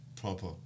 proper